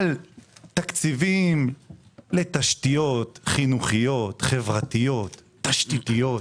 על תקציבים לתשתיות חינוכיות, חברתיות, תשתיתיות,